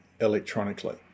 electronically